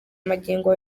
magingo